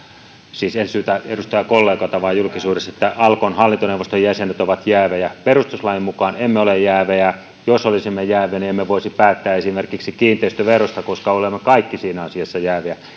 siis en syytä edustajakollegoita vaan julkisuutta että alkon hallintoneuvoston jäsenet ovat jäävejä perustuslain mukaan emme ole jäävejä jos olisimme jäävejä niin emme voisi päättää esimerkiksi kiinteistöverosta koska olemme kaikki siinä asiassa jäävejä